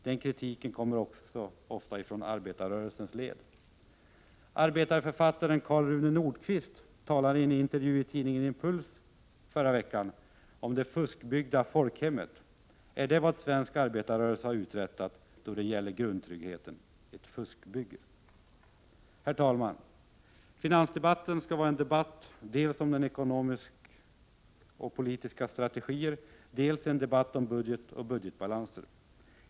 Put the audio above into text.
Den kritiken kommer också ofta från arbetarrörelsens led. Arbetarförfattaren Karl Rune Nordqvist talade i en intervju i tidningen Impuls i förra veckan om Det fuskbyggda folkhemmet. Är det vad svensk arbetarrörelse har uträttat då det gäller grundtryggheten — ett fuskbygge? Herr talman! Finansdebatten skall vara en debatt dels om ekonomiskpolitiska strategier, dels om budget och budgetbalanser.